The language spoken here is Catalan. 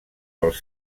pels